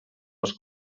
les